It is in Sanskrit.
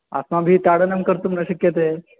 अस्माभिः ताडनं कर्तुं न शक्यते